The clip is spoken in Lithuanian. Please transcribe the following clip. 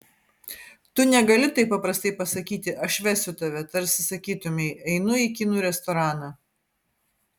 tu negali taip paprastai pasakyti aš vesiu tave tarsi sakytumei einu į kinų restoraną